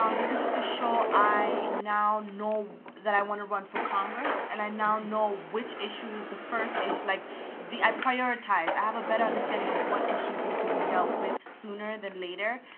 um because of this show, i now know that i want to run for congress. and i now know which issues the first issue like the i prioritize. i have a better understanding of what issues need to be dealt with sooner than later.